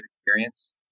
experience